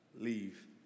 leave